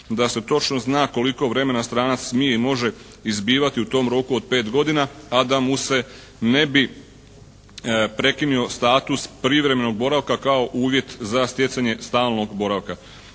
da se točno zna koliko vremena stranac smije i može izbivati u tom roku od pet godina, a da mu se ne bi prekinio status privremenog boravka kao uvjet za stjecanje stalnog boravka.